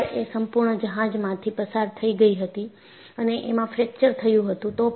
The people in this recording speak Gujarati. તિરાડ એ સંપૂર્ણ જહાજમાંથી પસાર થઈ ગઈ હતી અને એમાં ફ્રેક્ચર થયું હતું